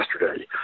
Yesterday